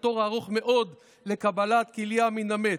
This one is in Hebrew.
לתור הארוך מאוד לקבלת כליה מן המת,